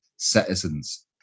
Citizens